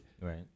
Right